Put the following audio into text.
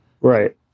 Right